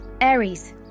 Aries